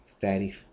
fatty